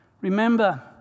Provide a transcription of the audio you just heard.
Remember